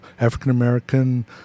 African-American